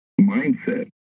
mindset